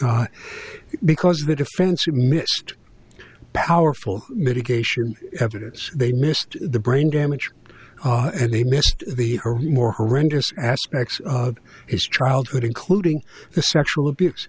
because the defense missed powerful mitigation evidence they missed the brain damage and they missed the more horrendous aspects of his childhood including the sexual abuse